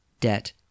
debt